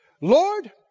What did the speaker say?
Lord